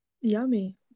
yummy